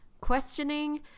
questioning